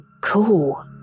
Cool